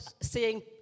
seeing